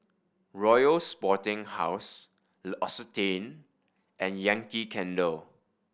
Royal Sporting House L'Occitane and Yankee Candle